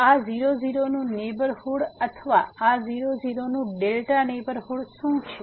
તો આ 00 નું નેહબરહુડ અથવા આ 00 નું નેહબરહુડ શું છે